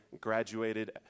graduated